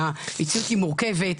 המציאות היא מורכבת,